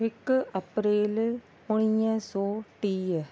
हिकु अप्रैल उणिवीह सौ टीह